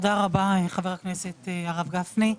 תודה רבה, חבר הכנסת הרב גפני,